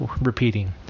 repeating